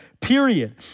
period